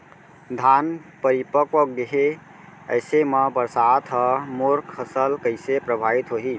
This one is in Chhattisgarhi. धान परिपक्व गेहे ऐसे म बरसात ह मोर फसल कइसे प्रभावित होही?